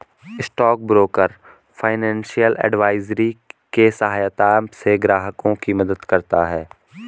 stock broker financial advisory के सहायता से ग्राहकों की मदद करता है